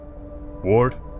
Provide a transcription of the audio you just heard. Ward